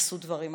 עשו דברים אחרת.